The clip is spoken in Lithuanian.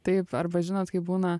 taip arba žinot kaip būna